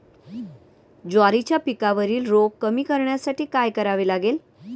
ज्वारीच्या पिकावरील रोग कमी करण्यासाठी काय करावे लागेल?